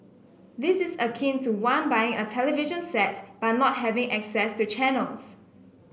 this is akin to one buying a television set but not having access to channels